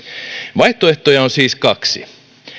vaihtoehtoja on siis kaksi joko